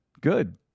Good